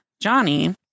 johnny